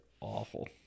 awful